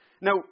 Now